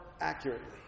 accurately